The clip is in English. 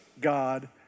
God